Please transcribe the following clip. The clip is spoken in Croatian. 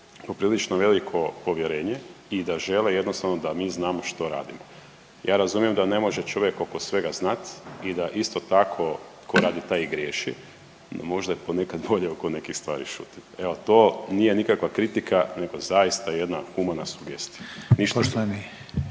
poprilično veliko povjerenje i da žele jednostavno da mi znamo što radimo. Ja razumijem da ne može čovjek oko svega znat i da isto tako ko radi taj i griješi, no možda je ponekad bolje oko nekih stvari šutjet. Evo to nije nikakva kritika nego zaista jedna humana sugestija.